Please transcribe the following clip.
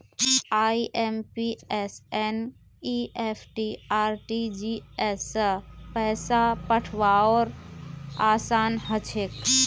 IMPS NEFT RTGS स पैसा पठऔव्वार असान हछेक